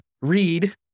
read